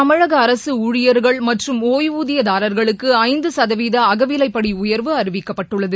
தமிழக அரசு ஊழியர்கள் மற்றும் ஓய்வூதியதாரர்களுக்கு ஐந்து சதவீத அகவிவைப்படி உயர்வு அறிவிக்கப்பட்டுள்ளது